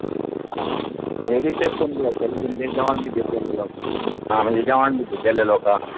आं रिसेप्शन बी आसतलें तुमचें जेवण बी दितले लोकांक आं म्हणजे जेवण बी दितले लोकांक